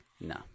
No